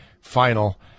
final